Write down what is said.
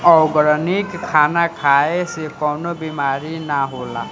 organic खाना खाए से कवनो बीमारी ना होला